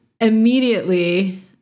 immediately